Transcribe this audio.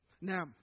Now